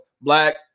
black